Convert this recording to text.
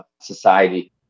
society